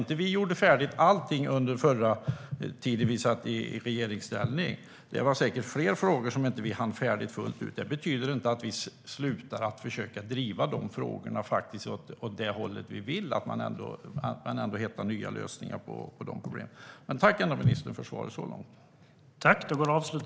Nej, vi gjorde inte allting färdigt under den tid vi satt i regeringsställning, och det var säkert fler frågor som vi inte hann färdigt med fullt ut. Det betyder inte att vi slutar att försöka driva dessa frågor åt det håll vi vill och hitta nya lösningar på problemen. Tack ändå, ministern, för svaren så långt!